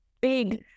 big